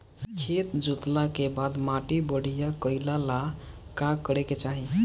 खेत जोतला के बाद माटी बढ़िया कइला ला का करे के चाही?